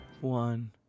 one